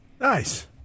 Nice